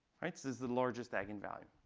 it's it's the largest eigenvalue.